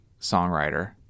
songwriter